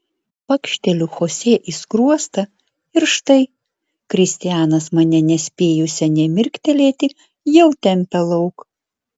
pakšteliu chosė į skruostą ir štai kristianas mane nespėjusią nė mirktelėti jau tempia lauk